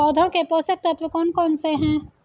पौधों के पोषक तत्व कौन कौन से हैं?